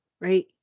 right